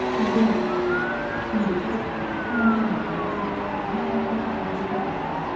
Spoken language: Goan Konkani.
शूज घालचे पडटा थंडेच्या दिसांनी पूण आमच्या भारतान तशें ना आमच्या भारताच्या काही प्रदेशांनी